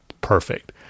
perfect